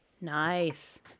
nice